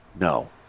No